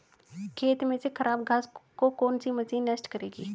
खेत में से खराब घास को कौन सी मशीन नष्ट करेगी?